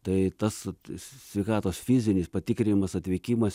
tai tas sveikatos fizinis patikrinimas atvykimas